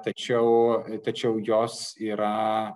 tačiau tačiau jos yra